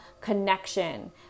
connection